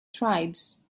tribes